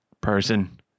person